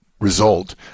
result